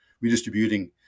redistributing